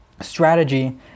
strategy